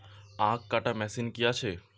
আখ কাটা মেশিন কি আছে?